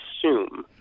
assume